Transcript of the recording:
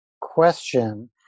question